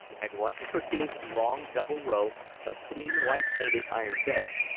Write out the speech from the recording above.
at once he perceived a long, double row of clean white-painted iron beds,